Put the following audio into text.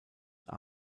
war